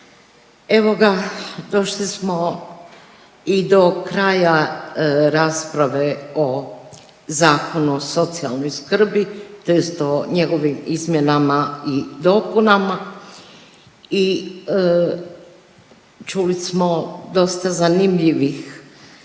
evo ga došli smo i do kraja rasprave o Zakonu o socijalnoj skrbi tj. o njegovim izmjenama i dopunama i čuli smo dosta zanimljivih